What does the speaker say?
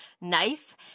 knife